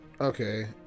Okay